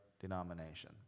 denomination